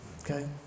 Okay